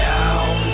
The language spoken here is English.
Down